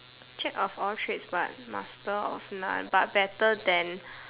Jack of all trades but master of none but better than